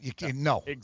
No